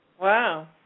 Wow